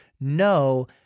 no